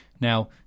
Now